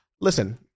Listen